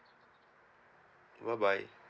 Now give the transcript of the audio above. bye bye